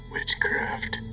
Witchcraft